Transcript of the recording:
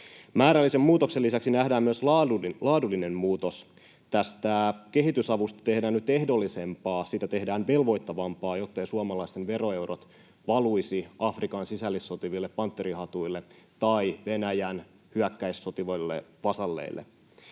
Määrällisen muutoksen lisäksi nähdään myös laadullinen muutos. Kehitysavusta tehdään nyt ehdollisempaa, siitä tehdään velvoittavampaa, jottei suomalaisten veroeurot valuisi Afrikan sisällissotiville pantterihatuille tai Venäjän hyökkäyssotiville vasalleille.